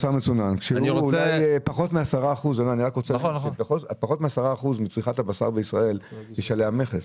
פחות מ-10% מצריכת הבשר בישראל, יש עליה מכס.